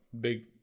big